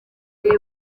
uko